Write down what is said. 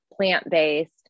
plant-based